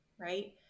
right